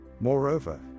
Moreover